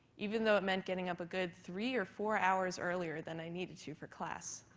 even though it meant getting up a good three or four hours earlier than i needed to for class.